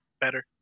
better